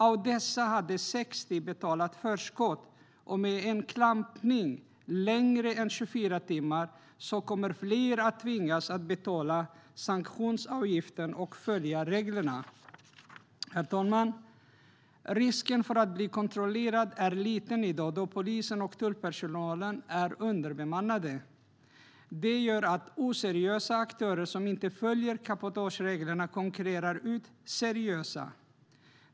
Av dessa hade 60 betalat förskott. Med en klampning längre än 24 timmar kommer fler att tvingas betala sanktionsavgiften och följa reglerna. Herr talman! Risken för att bli kontrollerad är liten i dag, eftersom polisen och tullpersonalen är underbemannade. Detta gör att oseriösa aktörer som inte följer cabotagereglerna konkurrerar ut seriösa.